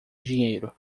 dinheiro